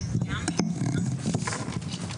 צהריים טובים לכולם,